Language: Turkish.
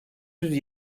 yüz